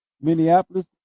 Minneapolis